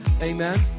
Amen